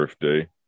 birthday